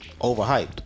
overhyped